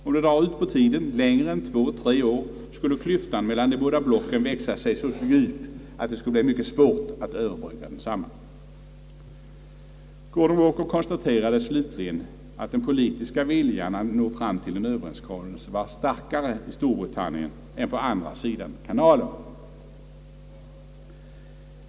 Om det drar ut på tiden längre än två—tre år, skulle klyftan mellan de båda blocken växa sig så djup att det skulle bli mycket svårt att överbrygga den. Gordon Walker konstaterade slutligen att den politiska viljan att nå fram till en överenskommelse var starkare i Storbritannien än på andra sidan kanalen.